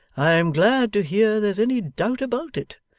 i am glad to hear there's any doubt about it.